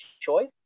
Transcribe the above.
choice